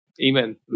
amen